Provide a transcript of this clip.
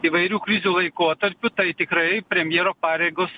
įvairių krizių laikotarpiu tai tikrai premjero pareigos